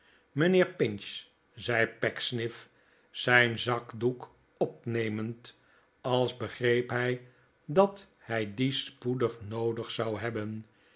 mijnheer pinch zei pecksniff zijn zakdoek opnemend als begreep hij dat hij dien spoedig noodig zou hebben